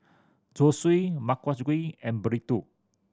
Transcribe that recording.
Zosui gui and Burrito